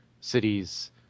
cities